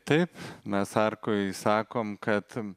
taip mes arkoj sakom kad